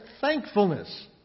thankfulness